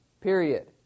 period